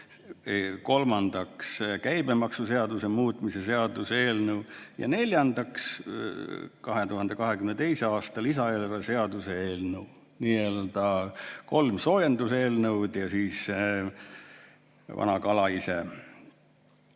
kolmandaks, käibemaksuseaduse muutmise seaduse eelnõu, ja neljandaks, 2022. aasta lisaeelarve seaduse eelnõu. Nii-öelda kolm soojenduseelnõu ja siis vana kala ise.